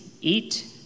eat